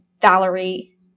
Valerie